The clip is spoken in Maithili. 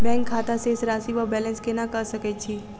बैंक खाता शेष राशि वा बैलेंस केना कऽ सकय छी?